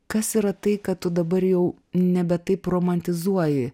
kas yra tai kad tu dabar jau nebe taip romantizuoji